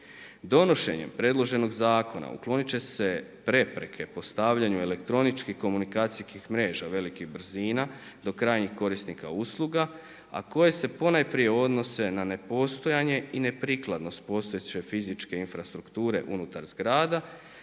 Donošenjem predloženog zakona uklonit će se prepreke postavljanju elektroničkih komunikacijskih mreža velikih brzina do krajnjih korisnika usluga, a koje se ponajprije odnose na nepostojanje i neprikladnost postojeće fizičke infrastrukture unutar zgrada,